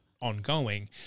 ongoing